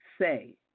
say